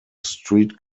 street